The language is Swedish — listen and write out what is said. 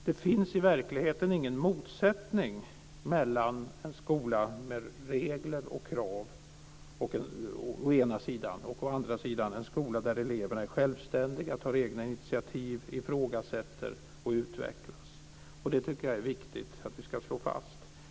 Det finns i verkligheten ingen motsättning mellan en skola med regler och krav å ena sidan och å andra sidan en skola där eleverna är självständiga, tar egna initiativ, ifrågasätter och utvecklas. Det tycker jag är viktigt att slå fast.